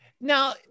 Now